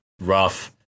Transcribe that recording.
Rough